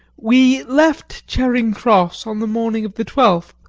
we left charing cross on the morning of the twelfth,